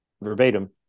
verbatim